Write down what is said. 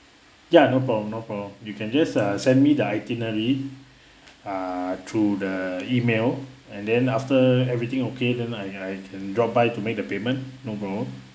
ya no problem no problem you can just uh send me the itinerary uh through the email and then after everything okay then I I can drop by to make the payment no problem